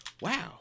Wow